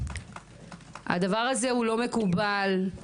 הדבר הזה לא מקובל.